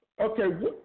Okay